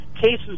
cases